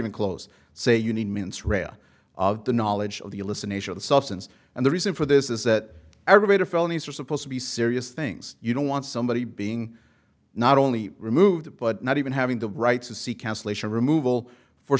even close say you need mince reya of the knowledge of the alyssa nature of the substance and the reason for this is that aggravated felonies are supposed to be serious things you don't want somebody being not only removed but not even having the right to seek cancellation removal for